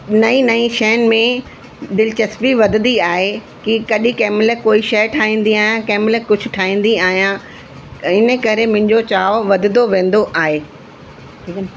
नईं नईं शयुनि में दिलिचस्पी वधंदी आहे की केॾी कंहिंमहिल कोई शइ ठाहींदी आहियां कंहिंमहिल कुझु ठाहींदी आहियां इनकरे मुंहिंजो चाहु वधंदो वेंदो आहे